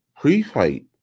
pre-fight